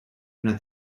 una